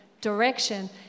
direction